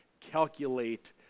calculate